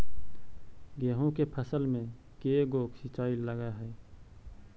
गेहूं के फसल मे के गो सिंचाई लग हय?